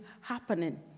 happening